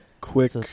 quick